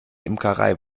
imkerei